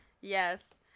Yes